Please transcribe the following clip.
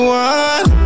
one